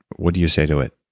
what do you say to it?